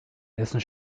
dessen